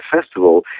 festival